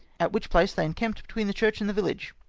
at which place they encamped between the church and the village.